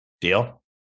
deal